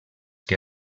que